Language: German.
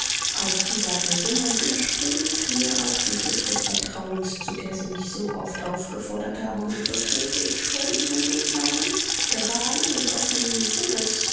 aus dieser gesinnung entspringt mir auch die pflicht des vertrauens zu der sie mich so oft aufgefordert haben und so trete ich vor ihnen edler mann geraden und offenen sinnes